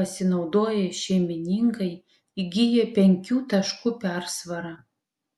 pasinaudoję šeimininkai įgijo penkių taškų persvarą